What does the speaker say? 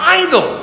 idol